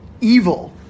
evil